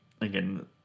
again